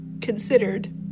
considered